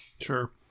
Sure